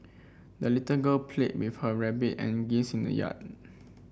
the little girl played with her rabbit and geese in the yard